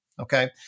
okay